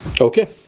Okay